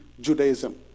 Judaism